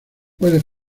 puede